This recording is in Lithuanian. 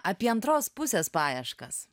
apie antros pusės paieškas